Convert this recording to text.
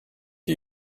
are